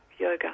yoga